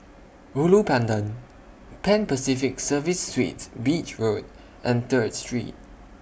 Ulu Pandan Pan Pacific Serviced Suites Beach Road and Third Street